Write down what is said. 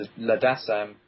Ladassam